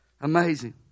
Amazing